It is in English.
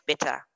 better